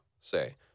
say